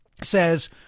says